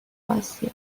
آسیا